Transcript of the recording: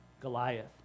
Goliath